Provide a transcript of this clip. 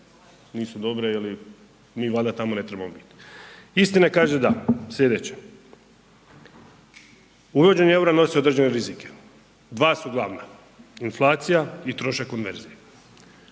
nisu dobre ili mi valjda tamo ne trebamo bit. Istina kaže da slijedeće uvođenje EUR-a nosi određene rizike, dva su glavna inflacija i trošak konverzije.